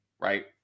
right